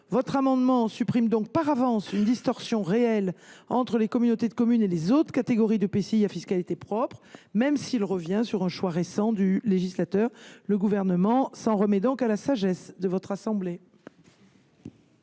identiques supprimera donc par avance une distorsion réelle entre les communautés de communes et les autres catégories d’EPCI à fiscalité propre, même cela revient sur un choix récent du législateur. C’est pourquoi le Gouvernement s’en remet à la sagesse de la Haute Assemblée.